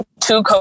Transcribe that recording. two